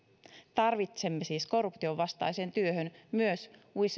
tarvitsemme siis korruption vastaiseen työhön myös